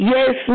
Yes